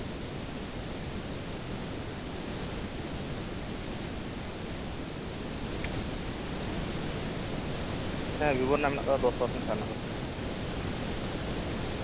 ᱦᱮᱸ ᱵᱷᱤᱵᱳ ᱨᱮᱱᱟᱜ ᱢᱮᱱᱟᱜ ᱠᱟᱫᱟ ᱫᱚᱥ ᱯᱟᱨᱥᱮᱱ ᱪᱷᱟᱲ ᱦᱮᱱᱟᱜ ᱠᱟᱫᱟ